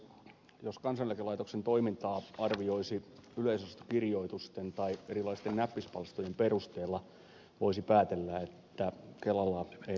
jos kansaneläkelaitoksen toimintaa arvioisi yleisönosastokirjoitusten tai erilaisten näppispalstojen perusteella voisi päätellä että kelalla ei menisi oikein hyvin